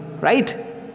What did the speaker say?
right